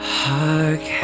hark